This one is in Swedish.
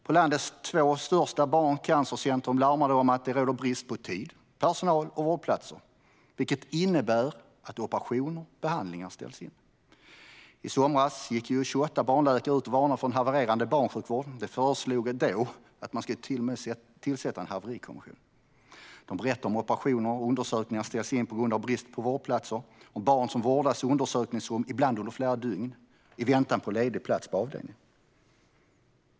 På landets två största barncancercentrum larmar man om att det råder brist på tid, personal och vårdplatser. Detta innebär att operationer och behandlingar ställs in. I somras gick 28 barnläkare ut och varnade för en havererande barnsjukvård. De föreslog till och med då att man skulle tillsätta en haverikommission. De berättar att operationer och undersökningar ställs in på grund av brist på vårdplatser, om barn som vårdas i undersökningsrum, ibland under flera dygn, i väntan på en ledig plats på avdelningen.